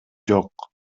жок